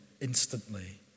instantly